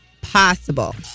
possible